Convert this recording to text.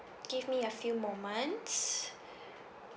give me a few moments